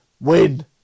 win